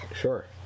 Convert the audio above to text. sure